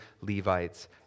Levites